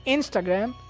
Instagram